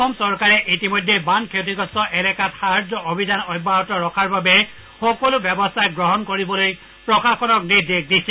অসম চৰকাৰে ইতিমধ্যে বান ক্ষতিগ্ৰস্ত এলেকাত সাহাৰ্য্য অভিযান অব্যাহত ৰখাৰ বাবে সকলো ব্যৱস্থা গ্ৰহণ কৰিবলৈ প্ৰশাসনক নিৰ্দেশ দিছে